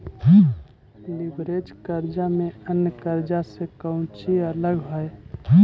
Leverage कर्जा में अन्य कर्जा से कउची अलग हई?